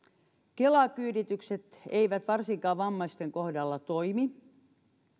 kela kyyditykset eivät varsinkaan vammaisten kohdalla toimi